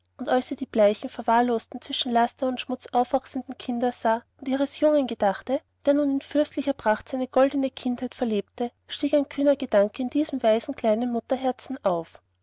als sie die bleichen verwahrlosten zwischen laster und schmutz aufwachsenden kinder sah und ihres jungen gedachte der nun in fürstlicher pracht seine goldne kindheit verlebte stieg ein kühner gedanke in diesem weisen kleinen mutterherzen auf